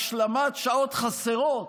השלמת שעות חסרות,